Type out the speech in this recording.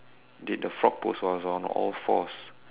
did the frog pose so I was on all fours